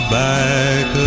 back